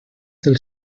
del